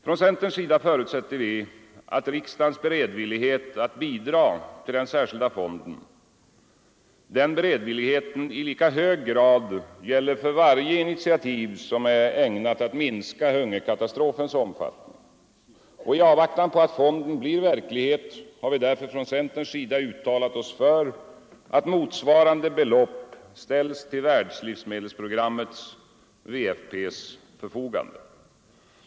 Från centerns sida förutsätter vi att riksdagens beredvillighet att bidra till den särskilda fonden i lika hög grad gäller för varje insats som är ägnad att minska hungerkatastrofens omfattning. I avvaktan på att fonden blir verklighet har vi därför från centerns sida uttalat oss för att motsvarande belopp ställs till världslivsmedelsprogrammets, WFP:s förfogande.